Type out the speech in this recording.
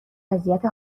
وضعیت